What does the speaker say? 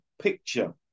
picture